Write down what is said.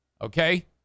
Okay